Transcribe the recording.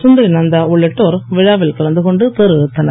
கந்தரி நந்தா உள்ளிட்டோர் விழாவில் கலந்து கொண்டு தேர் இழுத்தனர்